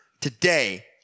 today